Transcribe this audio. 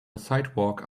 sidewalk